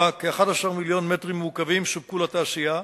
רצוני לשאול: 1. כמה מים מספקת מדינת ישראל לנגב,